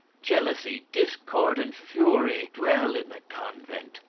jealousy, discord, and fury, dwell in the convent.